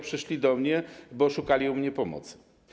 Przyszli do mnie, bo szukali u mnie pomocy.